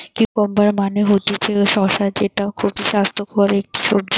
cucumber মানে হতিছে শসা যেটা খুবই স্বাস্থ্যকর একটি সবজি